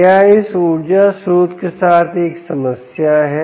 क्या इस ऊर्जा स्रोत के साथ एक समस्या है